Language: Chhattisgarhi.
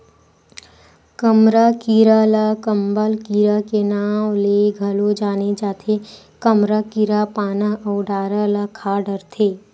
कमरा कीरा ल कंबल कीरा के नांव ले घलो जाने जाथे, कमरा कीरा पाना अउ डारा ल खा डरथे